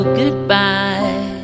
goodbye